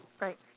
Right